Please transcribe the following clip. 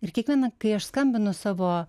ir kiekvieną kai aš skambinu savo